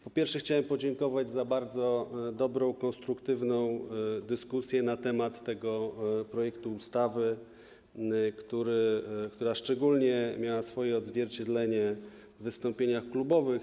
Po pierwsze, chciałem podziękować za bardzo dobrą, konstruktywną dyskusję na temat tego projektu ustawy, która szczególnie miała swoje odzwierciedlenie w wystąpieniach klubowych.